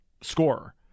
scorer